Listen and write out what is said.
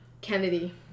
Kennedy